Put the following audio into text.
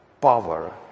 power